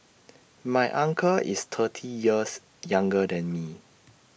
my uncle is thirty years younger than me